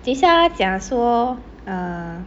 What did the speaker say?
等一下他讲说 uh